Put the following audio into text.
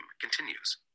continues